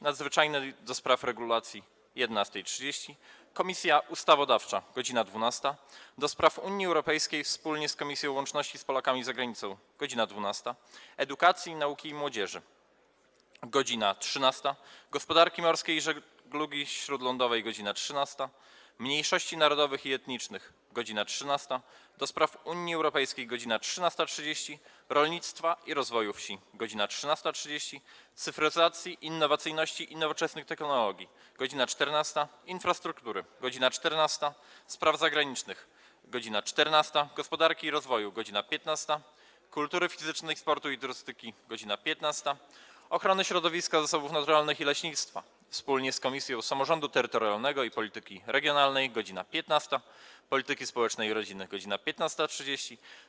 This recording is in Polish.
Nadzwyczajnej do spraw de regulacji - godz. 11.30, - Ustawodawczej - godz. 12, - do Spraw Unii Europejskiej wspólnie z Komisją Łączności z Polakami za Granicą - godz. 12, - Edukacji, Nauki i Młodzieży - godz. 13, - Gospodarki Morskiej i Żeglugi Śródlądowej - godz. 13, - Mniejszości Narodowych i Etnicznych - godz. 13, - do Spraw Unii Europejskiej - godz. 13.30, - Rolnictwa i Rozwoju Wsi - godz. 13.30, - Cyfryzacji, Innowacyjności i Nowoczesnych Technologii - godz. 14, - Infrastruktury - godz. 14, - Spraw Zagranicznych - godz. 14, - Gospodarki i Rozwoju - godz. 15, - Kultury Fizycznej, Sportu i Turystyki - godz. 15, - Ochrony Środowiska, Zasobów Naturalnych i Leśnictwa wspólnie z Komisją Samorządu Terytorialnego i Polityki Regionalnej - godz. 15, - Polityki Społecznej i Rodziny - godz. 15.30,